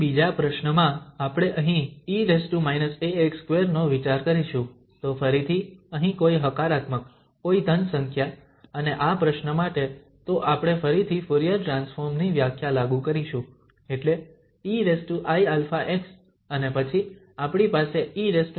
બીજા પ્રશ્નમાં આપણે અહીં e−ax2 નો વિચાર કરીશું તો ફરીથી અહીં કોઇ હકારાત્મક કોઇ ધન સંખ્યા અને આ પ્રશ્ન માટે તો આપણે ફરીથી ફુરીયર ટ્રાન્સફોર્મ ની વ્યાખ્યા લાગુ કરીશું એટલે eiαx અને પછી આપણી પાસે e−ax2 dx છે